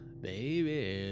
baby